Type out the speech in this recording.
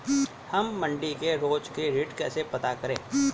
हम मंडी के रोज के रेट कैसे पता करें?